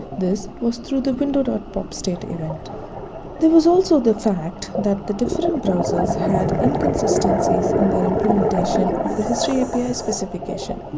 this was through the window popstate event there was also the fact that the different browsers had inconsistencies in their implementation of the history api specification.